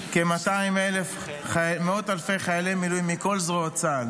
כמאות אלפי חיילי מילואים מכל זרועות צה"ל.